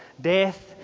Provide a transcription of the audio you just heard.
Death